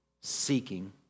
seeking